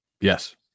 Yes